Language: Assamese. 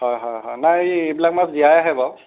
হয় হয় হয় নাই এইবিলাক মাছ জীয়াই আহে বাৰু